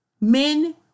men